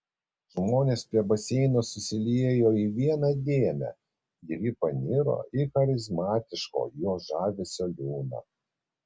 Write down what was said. žmonės prie baseino susiliejo į vieną dėmę ir ji paniro į charizmatiško jo žavesio liūną